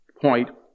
point